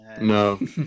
No